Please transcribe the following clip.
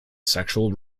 sexual